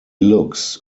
looks